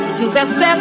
17